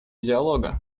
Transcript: диалога